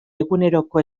eguneroko